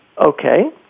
Okay